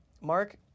Mark